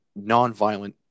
nonviolent